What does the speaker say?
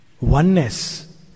oneness